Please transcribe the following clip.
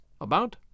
About